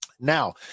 Now